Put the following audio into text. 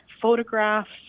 photographs